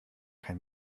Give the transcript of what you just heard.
kein